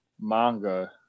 manga